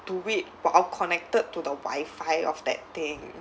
to do while connected to the wifi of that thing